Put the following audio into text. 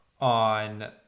on